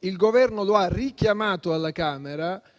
il Governo lo ha richiamato. Chiedo